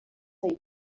neu